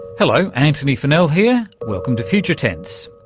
hello, antony funnell here, welcome to future tense.